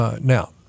now –